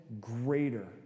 greater